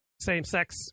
same-sex